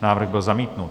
Návrh byl zamítnut.